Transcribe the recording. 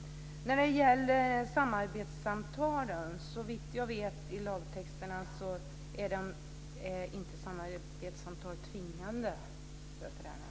När det gäller samarbetssamtalen är de såvitt jag vet inte tvingande för föräldrarna enligt lagtexten.